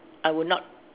I would not